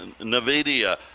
Nvidia